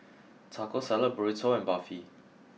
Taco Salad Burrito and Barfi